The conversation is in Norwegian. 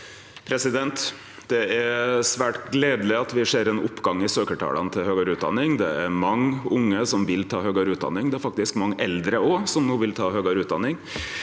Det er svært gledeleg at me ser ein oppgang i søkjartala til høgare utdanning. Det er mange unge som vil ta høgare utdanning. Det er faktisk òg mange eldre som no vil ta høgare utdanning.